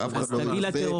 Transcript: שאף אחד לא --- תגיד לטרוריסטים